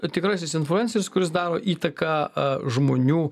tikrasis influenceris kuris daro įtaką a žmonių